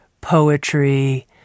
poetry